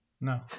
No